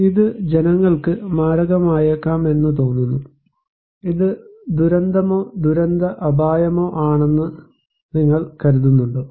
ഇത് ജനങ്ങൾക്ക് മാരകമായേക്കാമെന്ന് തോന്നുന്നു ഇത് ദുരന്തമോ ദുരന്ത അപായമോ ആണെന്ന് നിങ്ങൾ കരുതുന്നുണ്ടോ